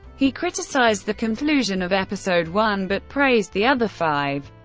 he criticised the conclusion of episode one, but praised the other five,